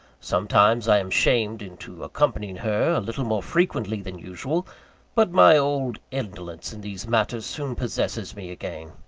sometimes i am shamed into accompanying her a little more frequently than usual but my old indolence in these matters soon possesses me again.